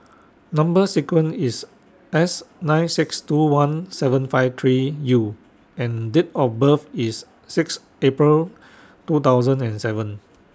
Number sequence IS S nine six two one seven five three U and Date of birth IS six April two thousand and seven